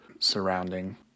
surrounding